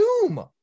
doom